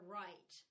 right